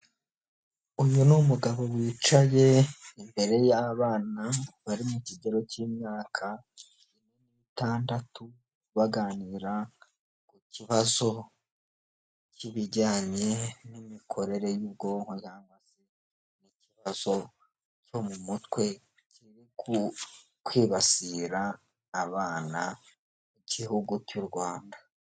Uyu n’umugabo wicaye imbere y'abana bari mu kigero cy'imyaka itandatu, baganira ku kibazo cy'ibijyanye n'imikorere y'ubwonko, n'ikibazo cyo mu mutwe kiri ku kwibasira abana b'igihugu cy'U Rwanda.